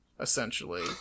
essentially